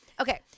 Okay